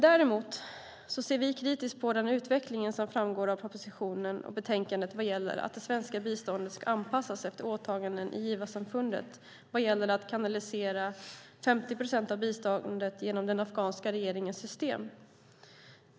Däremot ser vi kritiskt på den utveckling som framgår av propositionen och betänkandet vad gäller att det svenska biståndet ska anpassas efter åtaganden i givarsamfundet och kanalisera 50 procent av biståndet genom den afghanska regeringens system.